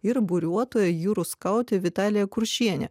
ir buriuotoja jūrų skautė vitalija kuršienė